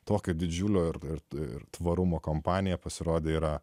tokio didžiulio ir tvarumo kampanija pasirodė yra